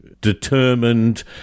determined